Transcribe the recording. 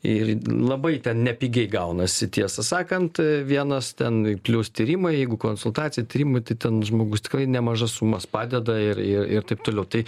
ir labai ten nepigiai gaunasi tiesą sakant vienas ten plius tyrimai jeigu konsultacija tyrimai tai ten žmogus tikrai nemažas sumas padeda ir ir taip toliau tai